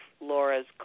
Laura's